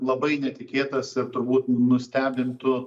labai netikėtas ir turbūt nustebintų